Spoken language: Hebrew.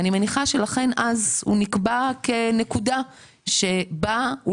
ואני מניחה שזה נקבע כנקודה שבה...